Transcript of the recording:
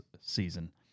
season